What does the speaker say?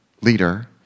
leader